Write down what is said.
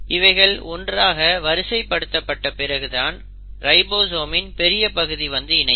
இவைகள் ஒன்றாக வரிசை படுத்தப்பட்ட பிறகு தான் ரைபோசோமின் பெரிய பகுதி வந்து இணையும்